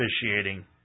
officiating